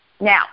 Now